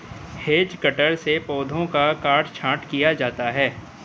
hedge cutter से पौधों का काट छांट किया जाता है